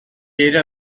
era